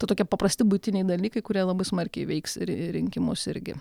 tie tokie paprasti buitiniai dalykai kurie labai smarkiai veiks ir ir rinkimus irgi